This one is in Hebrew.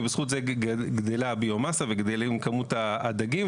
ובזכות זה גדלה הביו מסה וגדלה כמות הדגים,